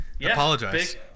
apologize